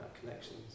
connections